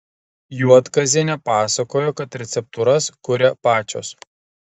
juodkazienė pasakojo kad receptūras kuria pačios